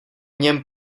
něm